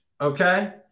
Okay